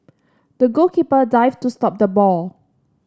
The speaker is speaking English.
the goalkeeper dived to stop the ball